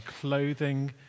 clothing